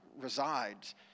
resides